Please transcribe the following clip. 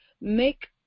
make